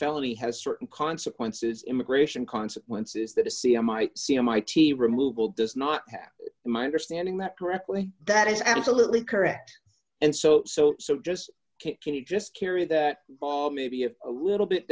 felony has certain consequences immigration consequences that a c m might see a mighty removal does not have my understanding that correctly that is absolutely correct and so so so just can you just carry that maybe a little bit